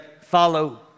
follow